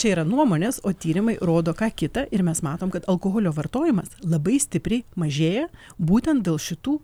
čia yra nuomonės o tyrimai rodo ką kita ir mes matom kad alkoholio vartojimas labai stipriai mažėja būtent dėl šitų